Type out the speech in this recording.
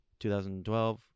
2012